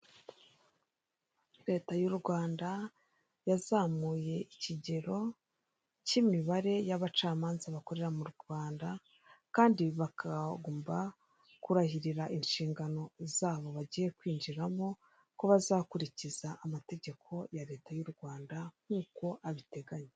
Leta y'u Rwanda yazamuye ikigero cy'imibare y'abacamanza bakorera mu Rwanda kandi bakagomba kurahirira inshingano z'abo bagiye kwinjiramo, ko bazakurikiza amategeko ya leta y'u Rwanda nk'uko abiteganya.